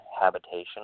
habitation